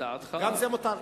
גם זה מותר.